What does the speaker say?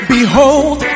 Behold